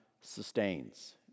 sustains